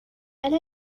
ألا